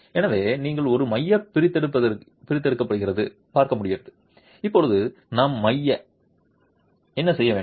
எனவே நீங்கள் ஒரு மைய பிரித்தெடுக்கப்படுகிறது பார்க்க இப்போது நாம் மைய என்ன செய்ய வேண்டும்